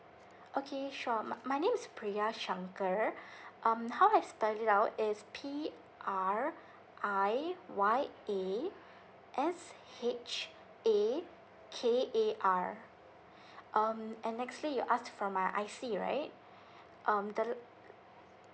okay sure my name is priya shakar um how I spell it out is P R I Y A S H A K A R um and nextly you asked for my I_C right um the